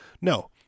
No